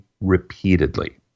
repeatedly